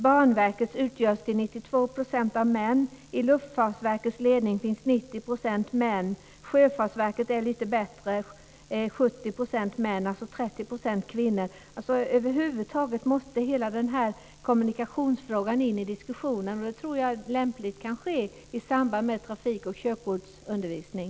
Banverket utgörs till 92 % av män. I Luftfartsverkets ledning är 90 % män. Sjöfartsverket är lite bättre med 70 % män, alltså 30 % kvinnor. Över huvud taget måste hela kommunikationsfrågan in i diskussionen, och det tror jag lämpligt kan ske i samband med trafik och körkortsundervisning.